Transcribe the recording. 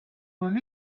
run